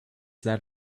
that